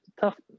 Tough